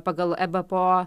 pagal ebpo